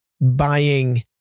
buying